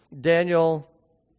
Daniel